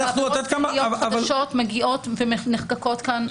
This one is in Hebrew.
ועבירות פליליות חדשות מגיעות ונחקקות כאן.